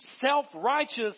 self-righteous